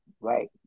Right